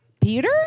Peter